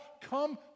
come